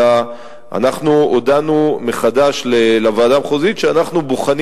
אלא אנחנו הודענו לוועדה המחוזית שאנחנו בוחנים